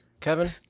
Kevin